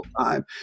time